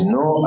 no